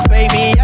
Baby